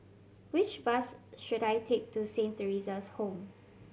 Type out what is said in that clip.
which bus should I take to Saint Theresa's Home